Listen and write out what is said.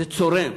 זה צורם.